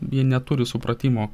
ji neturi supratimo